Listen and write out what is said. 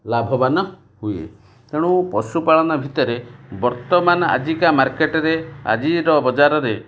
ଲାଭବାନ ହୁଏ ତେଣୁ ପଶୁପାଳନ ଭିତରେ ବର୍ତ୍ତମାନ ଆଜିକା ମାର୍କେଟ୍ରେ ଆଜିର ବଜାରରେ